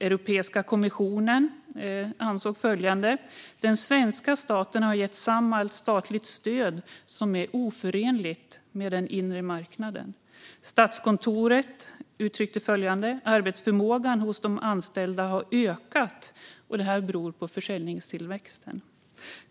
Europeiska kommissionen ansåg att den svenska staten hade gett Samhall statligt stöd som är oförenligt med den inre marknaden. Statskontoret uttryckte följande: Arbetsförmågan hos de anställda har ökat, och det beror på försäljningstillväxten.